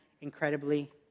incredibly